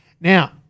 Now